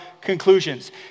conclusions